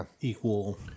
equal